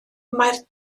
mae